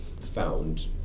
found